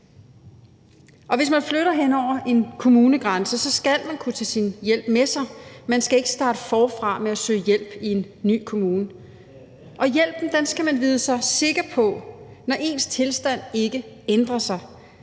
hvis man flytter hen over en kommunegrænse, skal man kunne tage sin hjælp med sig. Man skal ikke starte forfra med at søge hjælp i en ny kommune. Og hjælpen skal man vide sig sikker på, når ens tilstand ikke ændrer sig.